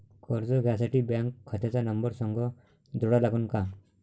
कर्ज घ्यासाठी बँक खात्याचा नंबर संग जोडा लागन का?